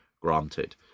granted